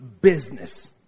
business